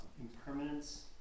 impermanence